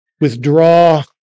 withdraw